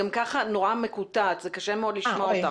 מאוד מקוטעת וקשה מאוד לשמוע אותך.